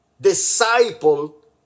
disciple